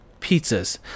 pizzas